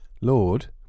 Lord